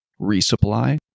resupply